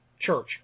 church